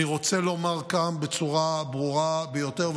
אני רוצה לומר בצורה ברורה ביותר,